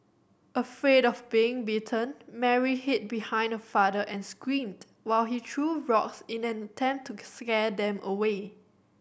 afraid of getting bitten Mary hid behind her father and screamed while he threw rocks in an attempt to scare them away